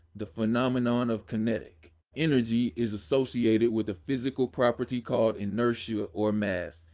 the phenomenon of kinetic energy is associated with a physical property called inertia or mass,